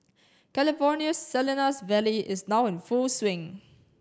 California's Salinas Valley is now in full swing